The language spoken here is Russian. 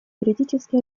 юридически